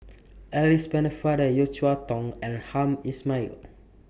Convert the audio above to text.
Alice Pennefather Yeo Cheow Tong and Hamed Ismail